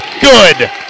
Good